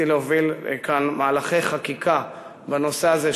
להוביל כאן מהלכי חקיקה בנושא הזה,